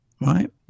right